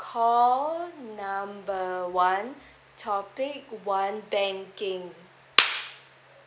call number one topic one banking